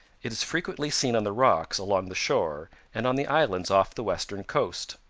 it is frequently seen on the rocks along the shore and on the islands off the western coast.